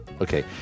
Okay